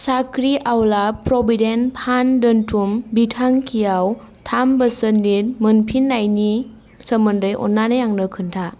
साख्रिआवला provident fund दोन्थुम बिथांखियाव थाम बोसोरनि मोनफिन्नायनि सोमोन्दै अन्नानै आंनो खोन्था